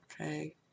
okay